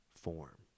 form